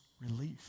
relief